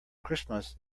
christmas